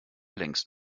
längst